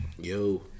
Yo